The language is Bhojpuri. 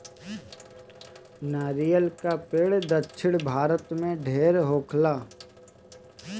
नरियर के पेड़ दक्षिण भारत में ढेर होखेला